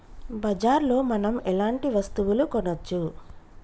బజార్ లో మనం ఎలాంటి వస్తువులు కొనచ్చు?